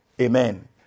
Amen